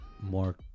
more